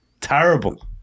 Terrible